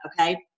Okay